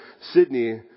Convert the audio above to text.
Sydney